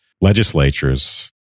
legislatures